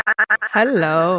Hello